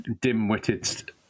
dim-witted